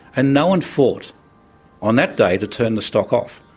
and no one thought on that day to turn the stock off.